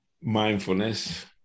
Mindfulness